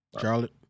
Charlotte